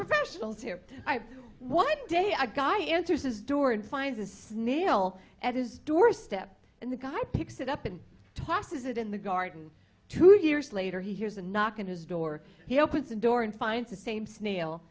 professionals here one day a guy answers his door and finds a snail at his doorstep and the guy picks it up and tosses it in the garden two years later he hears a knock on his door he opens the door and finds the same snail